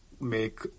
make